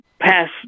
pass